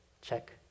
check